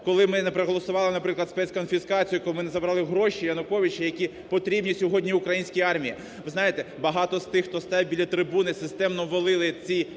коли ми не проголосували, наприклад, спецконфіскацію, коли ми не забрали гроші Януковича, які потрібні сьогодні українській армії. Ви знаєте, багато з тих, хто стає біля трибуни системно валили ці